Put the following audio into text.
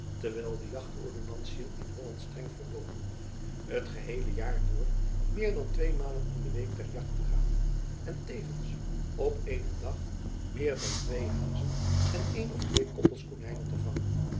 terwijl de jachtordonnantiën in holland streng verboden het geheele jaar door meer dan twee malen in de week ter jacht te gaan en tevens op eenen dag meer dan twee hazen en een of twee koppels konijnen te vangen